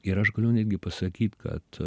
ir aš galiu netgi pasakyt kad